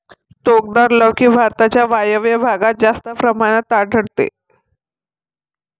टोकदार लौकी भारताच्या वायव्य भागात जास्त प्रमाणात आढळते